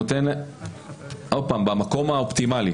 אני אומר זאת ממקום אופטימלי.